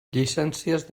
llicències